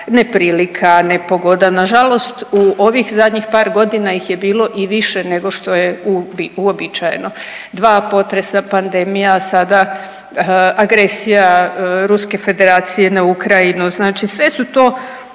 neprilika, nepogoda. Nažalost u ovih zadnjih par godina ih je bilo i više nego što je uobičajeno, dva potresa, pandemija, a sada agresija Ruske Federacije na Ukrajinu, znači sve su to